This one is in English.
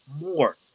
more